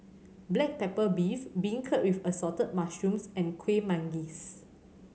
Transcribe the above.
black pepper beef beancurd with Assorted Mushrooms and Kueh Manggis